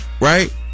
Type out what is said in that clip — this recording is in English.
right